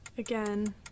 again